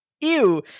ew